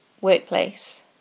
workplace